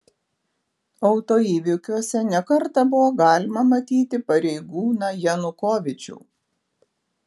autoįvykiuose ne kartą buvo galima matyti pareigūną janukovyčių